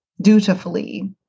dutifully